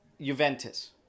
Juventus